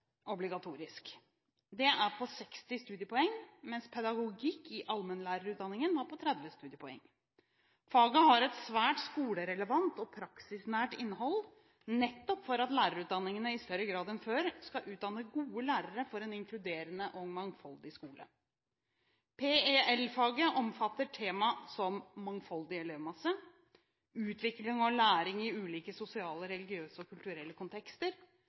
Det er på 60 studiepoeng, mens pedagogikk i allmennlærerutdanningen var på 30 studiepoeng. Faget har et svært skolerelevant og praksisnært innhold, nettopp for at lærerutdanningene i større grad enn før skal utdanne gode lærere for en inkluderende og mangfoldig skole. PEL-faget omfatter temaer som mangfoldig elevmasse utvikling og læring i ulike sosiale, religiøse og kulturelle kontekster